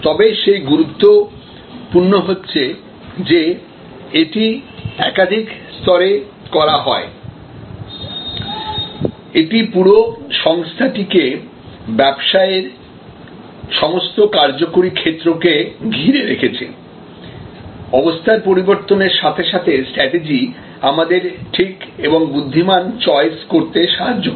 তবে খুব গুরুত্বপূর্ণ হচ্ছে যে এটি একাধিক স্তরে করা হয় এটি পুরো সংস্থাটিকে ব্যবসায়ের সমস্ত কার্যকরী ক্ষেত্রকে ঘিরে রেখেছে অবস্থার পরিবর্তনের সাথে সাথে স্ট্রাটেজি আমাদের ঠিক এবং বুদ্ধিমান চয়েস করতে সাহায্য করে